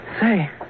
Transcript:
Say